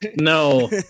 No